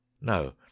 No